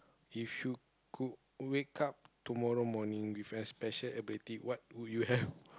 if you could wake up tomorrow morning with a special ability what would you have